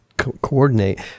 Coordinate